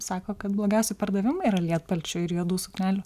sako kad blogiausi pardavimai yra lietpalčių ir juodų suknelių